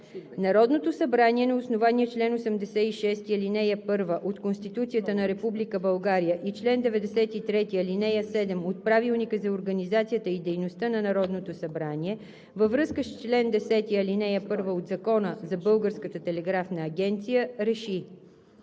Народното събрание на основание чл. 86, ал. 1 от Конституцията на Република България и чл. 93, ал. 7 от Правилника за организацията и дейността на Народното събрание, във връзка с чл. 10, ал. 1 от Закона за Българската телеграфна агенция РЕШИ: